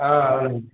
అవునండి